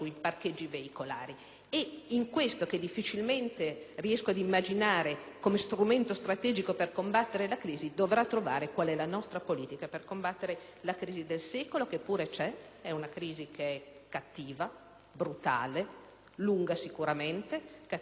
In questo, che difficilmente riesco ad immaginare come strumento strategico per combattere la crisi, dovrà trovare la nostra politica per combattere la crisi del secolo, che pure c'è, è cattiva, brutale e, sicuramente, lunga. È cattiva perché la sua genesi